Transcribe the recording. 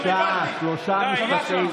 שלושה משפטים.